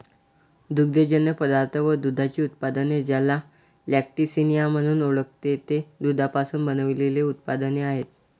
दुग्धजन्य पदार्थ व दुधाची उत्पादने, ज्याला लॅक्टिसिनिया म्हणून ओळखते, ते दुधापासून बनविलेले उत्पादने आहेत